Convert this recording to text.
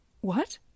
What